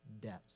depths